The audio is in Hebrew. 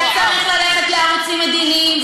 וצריך ללכת לערוצים מדיניים,